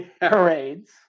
parades